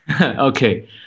Okay